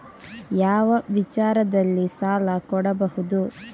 ಯಾವ ವಿಚಾರದಲ್ಲಿ ಸಾಲ ಕೊಡಬಹುದು?